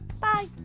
Bye